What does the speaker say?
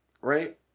Right